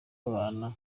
babana